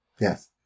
Yes